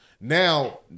Now